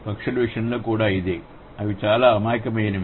పక్షుల విషయంలో కూడా ఇదే ఉంది అవి చాలా అమాయకమైనవి